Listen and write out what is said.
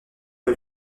que